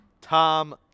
Tom